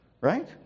right